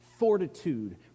fortitude